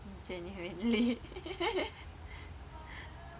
genuinely